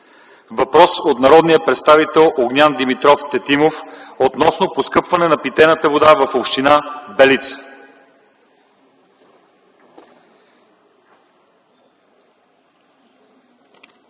Въпрос от народния представител Огнян Димитров Тетимов относно поскъпване на питейната вода в община Белица.